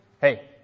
hey